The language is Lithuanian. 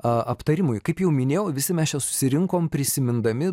a aptarimui kaip jau minėjau visi mes čia susirinkom prisimindami